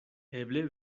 eble